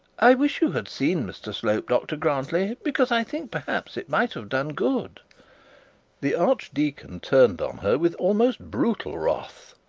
i wish you had seen mr slope, dr grantly, because i think perhaps it might have done good the archdeacon turned on her with almost brutal wrath.